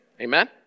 Amen